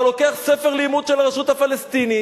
אתה לוקח ספר לימוד של הרשות הפלסטינית